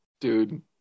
Dude